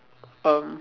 um